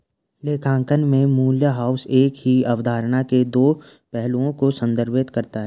लेखांकन में मूल्यह्रास एक ही अवधारणा के दो पहलुओं को संदर्भित करता है